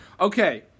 okay